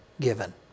given